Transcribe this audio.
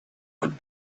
would